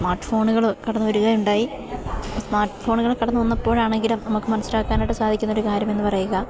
smart ഫോണുകള് കടന്നുവരികയുണ്ടായി smart ഫോണുകള് കടന്നുവന്നപ്പോഴാണെങ്കിലും നമുക്ക് മനസ്സിലാക്കാനായിട്ട് സാധിക്കുന്ന ഒരു കാര്യമെന്ന് പറയുക